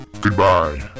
Goodbye